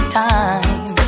time